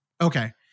Okay